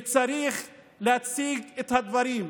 וצריך להציג את הדברים.